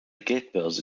geldbörse